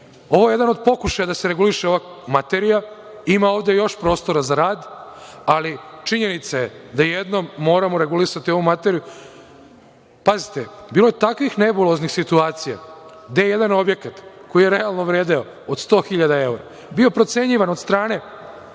je jedan od pokušaja da se reguliše ova materija. Ima ovde još prostora za rad, ali činjenica je da jednom moramo regulisati ovu materiju. Bilo je takvih nebuloznih situacija gde jedan objekat, koji je realno vredeo od 100.000 evra, bio procenjivan od strane